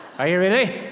are you really?